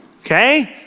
okay